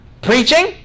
Preaching